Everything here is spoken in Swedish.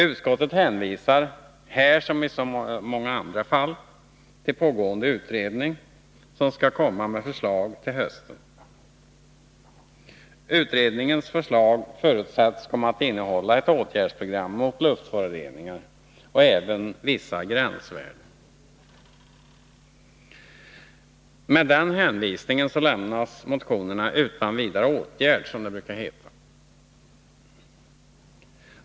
Utskottet hänvisar, här som i så många andra fall, till pågående utredning, som skall komma med förslag till hösten. Utredningens förslag förutsätts komma att innehålla ett åtgärdsprogram mot luftföroreningar och även vissa gränsvärden. Med den hänvisningen lämnas motionerna utan vidare åtgärd, som det brukar heta.